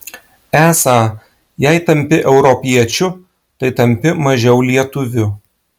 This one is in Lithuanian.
esą jei tampi europiečiu tai tampi mažiau lietuviu